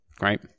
right